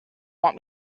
want